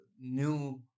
New